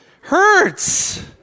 hurts